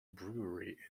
brewery